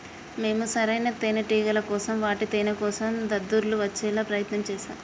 మేము సరైన తేనేటిగల కోసం వాటి తేనేకోసం దద్దుర్లు వచ్చేలా ప్రయత్నం చేశాం